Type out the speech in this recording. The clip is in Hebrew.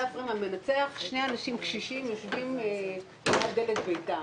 זה הפריים המנצח שני אנשים קשישים יושבים ליד דלת ביתם.